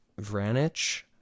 Vranich